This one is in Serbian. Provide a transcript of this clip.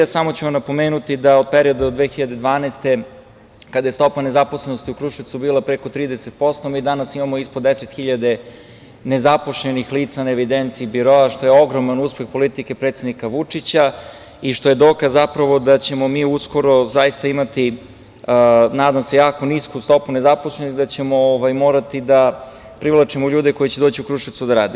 Samo ću vam napomenuti da u periodu od 2012. godine, kada je stopa nezaposlenosti u Kruševcu bila preko 30%, mi danas imamo ispod 10 hiljada nezaposlenih lica na evidenciji biroa, što je ogroman uspeh politike predsednika Vučića i što je dokaz zapravo da ćemo mi uskoro zaista imati, nadam se, jako nisku stopu nezaposlenosti i da ćemo morati da privlačimo ljude koji će doći u Kruševac da rade.